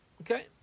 Okay